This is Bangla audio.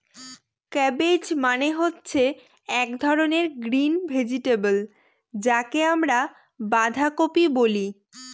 কাব্বেজ মানে হচ্ছে এক ধরনের গ্রিন ভেজিটেবল যাকে আমরা বাঁধাকপি বলে